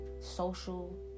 social